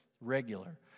regular